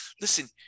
listen